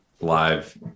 live